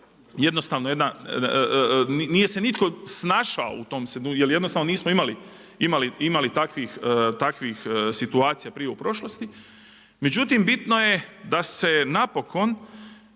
jednostavno nije se nitko snašao u tom…/Govornik se ne razumije./…jer jednostavno imali takvih situacija prije u prošlosti, međutim bitno je da se napokon